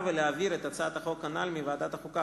ולהעביר את הצעת החוק הנ"ל מוועדת החוקה,